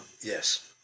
yes